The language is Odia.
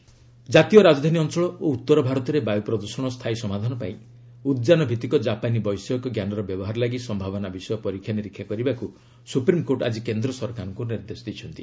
ଏସ୍ସି ଏୟାର୍ ପଲ୍ୟସନ୍ ଜାତୀୟ ରାଜଧାନୀ ଅଞ୍ଚଳ ଓ ଉତ୍ତର ଭାରତରେ ବାୟୁ ପ୍ରଦୁଷଣର ସ୍ଥାୟୀ ସମାଧାନ ପାଇଁ ଉଦ୍ଜାନଭିତ୍ତିକ ଜାପାନୀ ବୈଷୟିକ ଜ୍ଞାନର ବ୍ୟବହାର ଲାଗି ସମ୍ଭାବନା ବିଷୟରେ ପରୀକ୍ଷା ନିରୀକ୍ଷା କରିବାକୁ ସୁପ୍ରିମ୍କୋର୍ଟ ଆଜି କେନ୍ଦ୍ର ସରକାରଙ୍କୁ ନିର୍ଦ୍ଦେଶ ଦେଇଛନ୍ତି